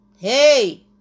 hey